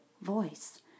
voice